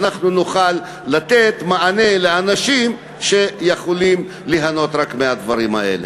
שאנחנו נוכל לתת מענה לאנשים שיכולים ליהנות מהדברים האלה.